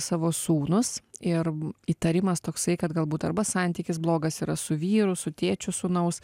savo sūnus ir įtarimas toksai kad galbūt arba santykis blogas yra su vyru su tėčiu sūnaus